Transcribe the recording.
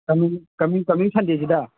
ꯀꯃꯤꯡ ꯁꯟꯗꯦꯁꯤꯗ